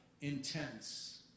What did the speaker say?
intense